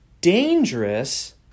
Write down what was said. dangerous